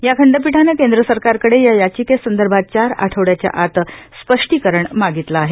या खंडपीठानं केंद्र सरकारकडे या याचिकेसंदर्भात घार आठवडघाच्या आत स्पष्टीकरण मागितलं आहे